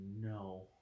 no